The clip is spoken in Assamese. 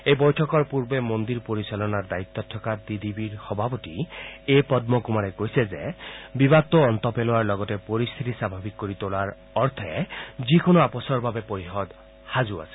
এই বৈঠকৰ পূৰ্বে মন্দিৰ পৰিচালনাৰ দায়িত্বত থকা টি ডি বিৰ সভাপতি এ পদ্মকুমাৰে কৈছে যে বিবাদটো অন্ত পেলোৱাৰ লগতে পৰিস্থিতি স্বাভাৱিক কৰি তোলাৰ অৰ্থে যিকোনো আপোচৰ বাবে পৰিষদ সাজু আছে